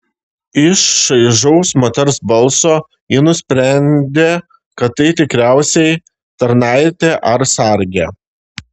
iš šaižaus moters balso ji nusprendė kad tai tikriausiai tarnaitė ar sargė